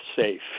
safe